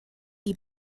die